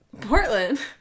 Portland